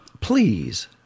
please